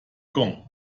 gong